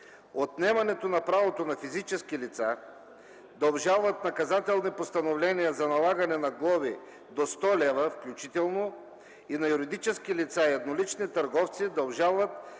Отнемането на правото на физически лица да обжалват наказателни постановления за налагане на глоби до 100 лв. включително и на юридически лица и на еднолични търговци да обжалват